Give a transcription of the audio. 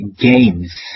games